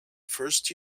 first